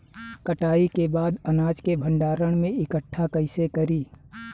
कटाई के बाद अनाज के भंडारण में इकठ्ठा कइसे करी?